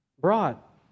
brought